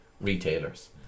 retailers